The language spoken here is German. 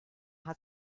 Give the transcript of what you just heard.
hat